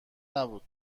نبود